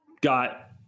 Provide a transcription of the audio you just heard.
got